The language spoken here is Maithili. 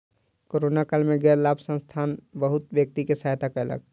कोरोना काल में गैर लाभ संस्थान बहुत व्यक्ति के सहायता कयलक